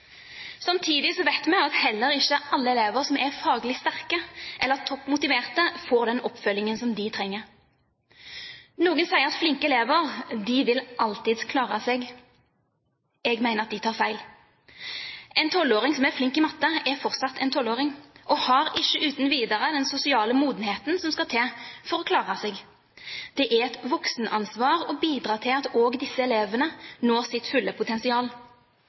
Samtidig vet vi at heller ikke alle elever som er faglig sterke eller toppmotiverte, får den oppfølgingen de trenger. Noen sier at flinke elever alltid vil klare seg. Jeg mener at de tar feil. En 12-åring som er flink i matte, er fortsatt en 12-åring og har ikke uten videre den sosiale modenheten som skal til for å klare seg. Det er et voksenansvar å bidra til at også disse elevene når sitt fulle potensial.